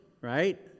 right